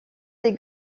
des